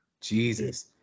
Jesus